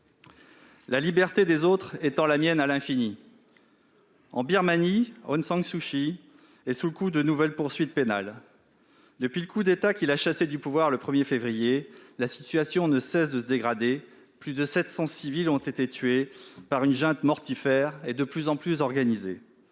La liberté des autres étend la mienne à l'infini. » En Birmanie, Aung San Suu Kyi est sous le coup de nouvelles poursuites pénales. Depuis le coup d'État qui l'a chassée du pouvoir le 1 février dernier, la situation ne cesse de se dégrader. Plus de 700 civils ont été tués par une junte mortifère et de plus en plus organisée.